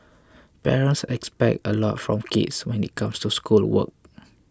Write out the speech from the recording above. parents expect a lot from kids when it comes to schoolwork